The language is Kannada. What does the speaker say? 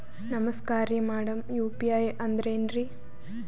ನಮಸ್ಕಾರ್ರಿ ಮಾಡಮ್ ಯು.ಪಿ.ಐ ಅಂದ್ರೆನ್ರಿ?